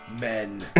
Men